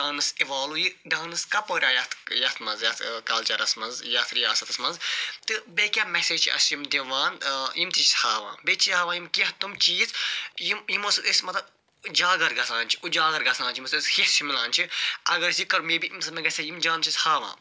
dance اِوالو یہِ dance کَپٲرۍ آو یتھ یتھ مَنٛز یتھ کَلچَرَس مَنٛز یتھ رِیاسَتَس مَنٛزتہٕ بیٚیہِ کیاہ میٚسیج چھِ اَسہِ یِم دِوان یم تہ چھِ ہاوان بیٚیہِ چھِ ہاوان یِم کینٛہہ تِم چیٖز یم یمو سۭتۍ أسۍ مَطلَب جاگر گَژھان چھِ اُجاگر گَژھان چھِ یمہ سۭتۍ اَسہِ ہیٚس ہیوٗ مِلان چھُ اگر أسۍ یہِ کرو مے بیٖامہ سۭتۍ ما گَژھِ یم جام چھِ أسۍ ہاوان